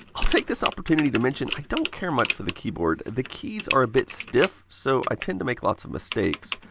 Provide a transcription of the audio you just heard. i'll take this opportunity to mention i don't care much for the keyboard, the keys are a bit stiff so i tend to make lots of mistakes.